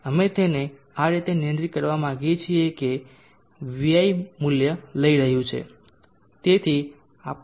અમે તેને આ રીતે નિયંત્રિત કરવા માગીએ છીએ કે Vi મૂલ્ય લઈ રહ્યું છે